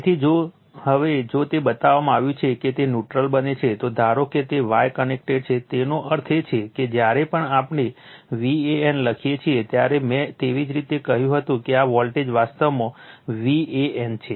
તેથી જો હવે જો તે બતાવવામાં આવ્યું છે કે તે ન્યુટ્રલ બને છે તો ધારો કે જો તે Y કનેક્ટેડ છે તેનો અર્થ એ છે કે જ્યારે પણ આપણે Van લખીએ છીએ ત્યારે મેં તેવી જ રીતે કહ્યું હતું કે આ વોલ્ટેજ વાસ્તવમાં Van છે